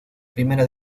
primera